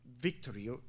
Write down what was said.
victory